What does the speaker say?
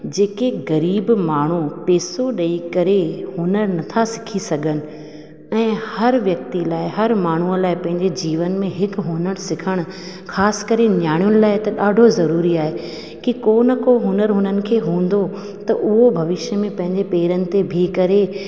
जेके ग़रीब माण्हू पैसो ॾेई करे हुनरु नथा सिखी सघनि ऐं हर व्यक्ति लाइ हर माण्हूअ लाइ पंहिंजे जीवन में हिकु हुनरु सिखणु ख़ासि करे नियाणियुनि लाइ त ॾाढो ज़रूरी आहे कि को न को हुनरु हुननि खे हूंदो त उहो भविष्य में पंहिंजे पेरनि ते बीह करे